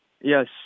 Yes